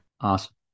Awesome